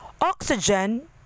oxygen